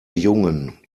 jungen